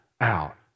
out